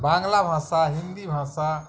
বাংলা ভাষা হিন্দি ভাষা